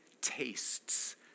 tastes